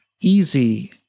easy